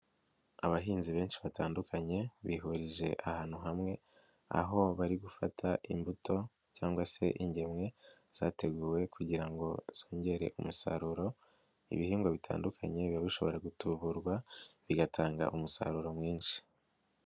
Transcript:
Abahinzi benshi batandukanye bihurije ahantu hamwe, aho bari gufata imbuto cyangwa se ingemwe zateguwe kugira ngo zongere umusaruro, ibihingwa bitandukanye biba bishobora gutuburwa bigatanga umusaruro mwinshi.